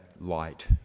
light